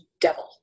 devil